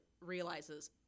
realizes